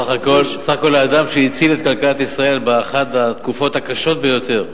סך הכול בן-אדם שהציל את כלכלת ישראל באחת התקופות הקשות ביותר.